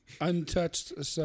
untouched